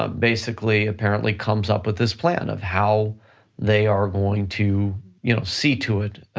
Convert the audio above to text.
ah basically apparently comes up with this plan of how they are going to you know see to it